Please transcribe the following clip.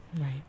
Right